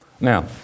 Now